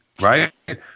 right